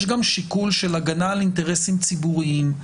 יש גם שיקול של הגנה על אינטרסים ציבוריים.